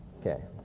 okay